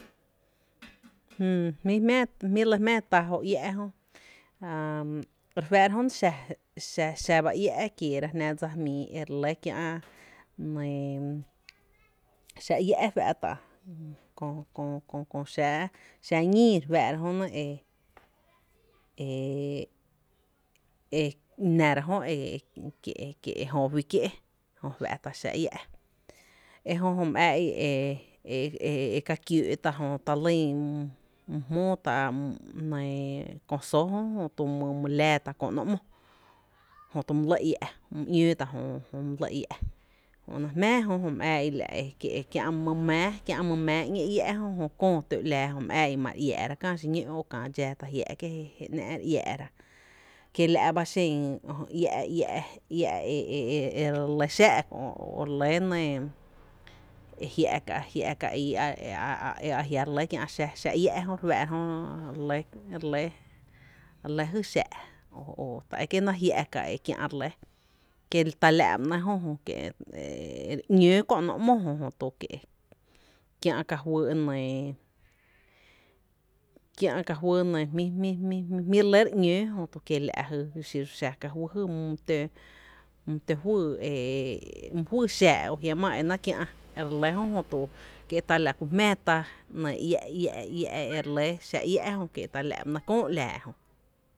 Jÿÿ jmí’ re lɇ jmⱥⱥ tá jóoó iä’ jö, jää, re fáá’ra jö xa ba iä’ kieera jná dsa jmíí re lɇ kiä’ xa iä’ fáá’ta kö kö, kö xáá’ ñíí re fáá’ra jö nɇ e e nⱥ ra e kie’ ejjöba fí kié’ e fⱥ’ tá’ xáá’ iä’, ejö jö my ää ‘i´e e ka kiǿǿ tá’ jö, jö my jmóó tá’ nɇɇ kö só jö my my laa tá’ kö ‘nó ‘mo jötu my lɇ iä’ my ‘ñóó tá’ jö jö my lɇ iä’, jö e náá’ jmⱥⱥ jö my ää í’ la’ kiä’ my mⱥⱥ jö kiä’ my mⱥⱥ köö tǿ ‘lala jö my ää i’i my la iäá’ kä dxaa, kie la’ ba xen iä’ e e e re lɇ xáá’ o re lɇ nɇɇ jia’ ka jia’ ka ii e e a a jia’ re lɇ kia’ xáá’ iä’ jö re fáá’ra jö re lɇ re lɇ jy xaa’ o ta e kie’ náá’ kiä’ re lɇ, kie’ ta la’ ba ‘néé’ jö jö, kie’ ta re ‘ñóó ‘nóó ‘mo o kie’ kiä’ ka fý e nɇɇ, kiä’ ka fý jmí jmí, jmí re ‘ñóó jötu kiela’ xiru xa ka fý my to e my fyy xáá’ jiamaa e náá’ kiä’ re lɇ jö, kie’ ta la ku jmⱥⱥ ta iä’ iä’ re lɇ xⱥⱥ´’ iä’ jö, kie tala’ ba ‘néé’ köö ‘laa e jö.